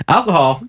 Alcohol